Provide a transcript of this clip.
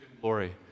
glory